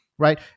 Right